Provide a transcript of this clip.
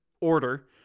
order